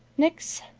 nix,